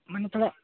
ᱢᱟᱱᱮ ᱛᱷᱚᱲᱟ